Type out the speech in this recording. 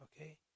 okay